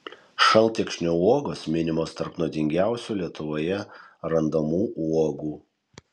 šaltekšnio uogos minimos tarp nuodingiausių lietuvoje randamų uogų